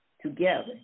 together